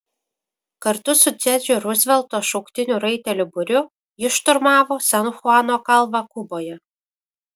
kartu su tedžio ruzvelto šauktinių raitelių būriu jis šturmavo san chuano kalvą kuboje